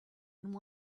and